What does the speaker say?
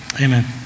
Amen